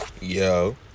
Yo